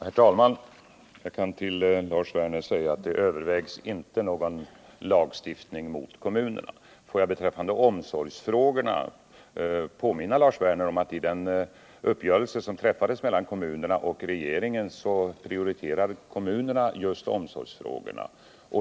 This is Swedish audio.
Herr talman! Jag kan till Lars Werner säga att det övervägs inte någon lagstiftning mot kommunerna. Får jag beträffande omsorgsfrågorna påminna Lars Werner om att i den uppgörelse som träffats mellan kommunerna och regeringen prioriterar kommunerna just omsorgsfrågorna.